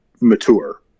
mature